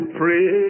pray